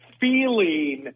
feeling